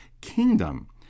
kingdom